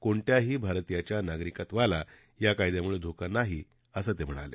कोणत्याही भारतियाच्या नागरिकत्वाला या कायद्यामुळे धोका नाही असं ते म्हणाले